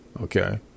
Okay